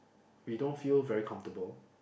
we don't feel very comfortable